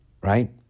Right